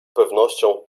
pewnością